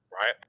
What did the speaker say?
right